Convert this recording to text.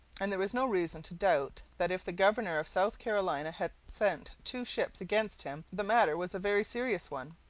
and there was no reason to doubt that if the governor of south carolina had sent two ships against him the matter was a very serious one.